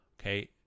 Okay